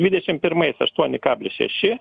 dvidešim pirmais aštuoni kablis šeši